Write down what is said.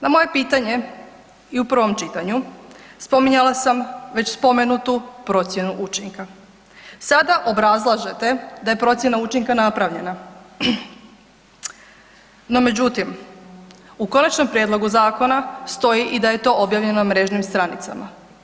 Na moje pitanje i u prvom čitanju, spominjala sam već spomenutu procjenu učinka, sada obrazlažete da je procjena učinka napravljena, no međutim u konačnom prijedlogu zakona stoji i da je to objavljeno na mrežnim stranicama.